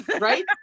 right